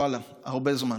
ואללה, הרבה זמן.